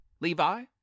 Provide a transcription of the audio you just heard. Levi